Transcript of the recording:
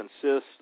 consists